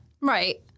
Right